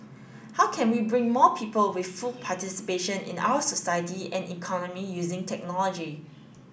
how can we bring more people with full participation in our society and economy using technology